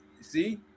See